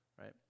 right